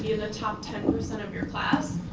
the and top ten percent of your class,